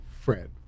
Fred